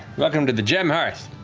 welcome to the gemmed hearth.